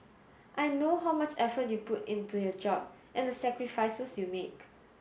I know how much effort you put into your job and the sacrifices you make